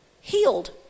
healed